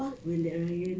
fuck man that ryan